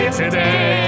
today